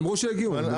אמרו שיגיעו.